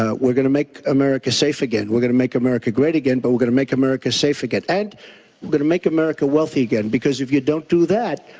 ah we're gonna make america safe again, we're gonna make america great again but we're gonna make america safe again and we're gonna make america wealthy again. because if you don't do that,